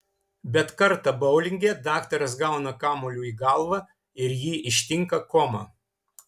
bet kartą boulinge daktaras gauna kamuoliu į galvą ir jį ištinka koma